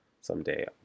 someday